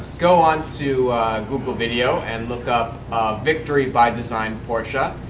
go on to google video and look up victory by design, porsche.